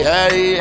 Hey